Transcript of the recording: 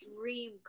dream